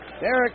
Derek